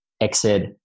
exit